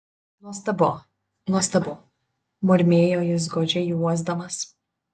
nuostabu nuostabu murmėjo jis godžiai uosdamas